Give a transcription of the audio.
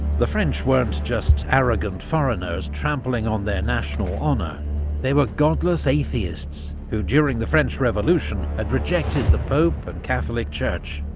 the french weren't just arrogant foreigners trampling on their national honour they were godless atheists who, during the french revolution, had rejected the pope and catholic church.